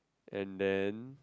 and then